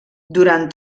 durant